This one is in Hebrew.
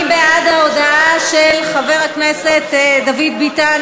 מי בעד ההודעה של חבר הכנסת דוד ביטן,